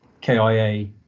kia